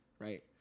Right